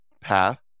path